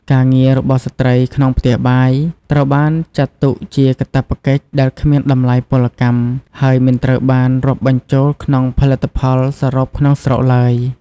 ការងាររបស់ស្ត្រីក្នុងផ្ទះបាយ ត្រូវបានចាត់ទុកជាកាតព្វកិច្ចដែលគ្មានតម្លៃពលកម្ម ហើយមិនត្រូវបានរាប់បញ្ចូលក្នុងផលិតផលសរុបក្នុងស្រុកឡើយ។